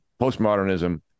postmodernism